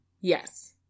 Yes